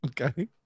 Okay